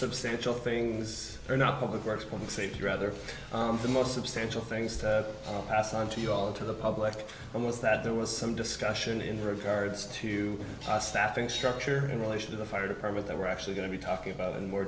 substantial things are not public works public safety rather than most substantial things to pass on to you all to the public was that there was some discussion in regards to our staffing structure in relation to the fire department that we're actually going to be talking about in more